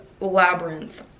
labyrinth